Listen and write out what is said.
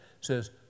says